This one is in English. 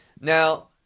Now